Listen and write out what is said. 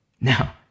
Now